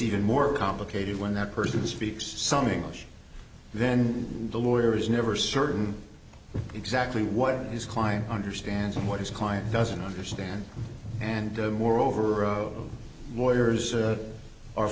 even more complicated when that person speaks some english then the lawyer is never certain exactly what his client understands what his client doesn't understand and moreover oh lawyers are